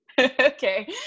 Okay